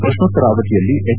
ಪ್ರಶ್ನೋತ್ತರ ಅವಧಿಯಲ್ಲಿ ಎಚ್